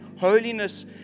holiness